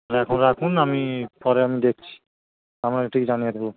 এখন রাখুন আমি পরে আমি দেখছি আমি ঠিক জানিয়ে দেব